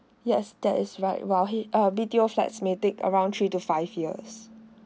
yes that is right while he uh B_T_O flats may take around three to five years